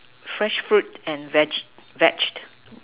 fresh fruit and vege veget~